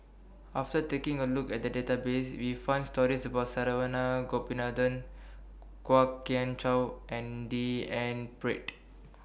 after taking A Look At The Database We found stories about Saravanan Gopinathan Kwok Kian Chow and D N Pritt